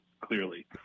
clearly